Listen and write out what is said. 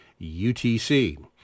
UTC